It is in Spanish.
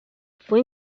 fue